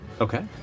Okay